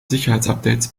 sicherheitsupdates